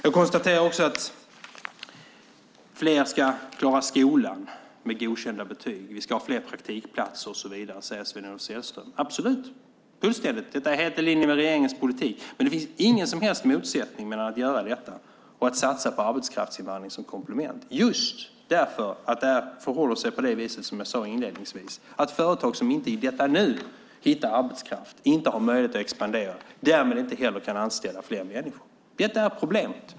Jag konstaterar också att Sven-Olof Sällström säger att fler ska klara skolan med godkända betyg, att vi ska ha fler praktikplatser och så vidare. Så är det absolut. Det är helt i linje med regeringens politik, men det finns ingen som helst motsättning mellan att göra detta och att satsa på arbetskraftsinvandring som komplement just därför att det förhåller sig på det vis som jag nämnde inledningsvis, nämligen att företag som inte i detta nu hittar arbetskraft inte har möjlighet att expandera och därmed inte heller kan anställa fler människor. Detta är problemet.